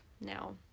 now